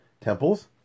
temples